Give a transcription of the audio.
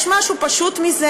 יש משהו פשוט מזה?